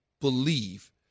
believe